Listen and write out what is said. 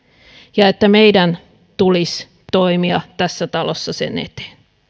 ja että meidän tulisi toimia tässä talossa sen eteen